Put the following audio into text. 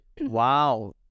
Wow